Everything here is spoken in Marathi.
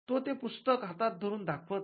तो ते पुस्तक हातात धरून दाखवत आहे